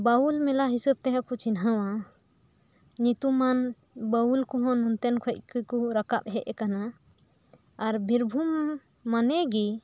ᱵᱟᱹᱣᱞ ᱢᱮᱞᱟ ᱦᱤᱥᱟᱹᱵ ᱛᱮᱦᱚᱸ ᱠᱚ ᱪᱤᱱᱦᱟᱹᱣᱟ ᱧᱩᱛᱩᱢᱟᱱ ᱵᱟᱹᱣᱩᱞ ᱠᱚᱦᱚᱸ ᱱᱚᱛᱮᱱ ᱠᱷᱚᱡ ᱜᱮᱠᱚ ᱨᱟᱠᱟᱵ ᱦᱮᱡ ᱟᱠᱟᱱᱟ ᱟᱨ ᱵᱤᱨᱵᱷᱩᱢ ᱢᱟᱱᱮ ᱜᱮ